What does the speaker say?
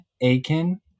Aiken